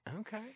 Okay